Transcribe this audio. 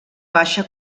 baixa